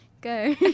go